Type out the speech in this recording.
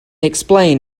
explain